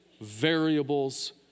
variables